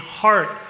heart